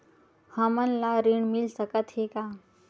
हमन ला ऋण मिल सकत हे का?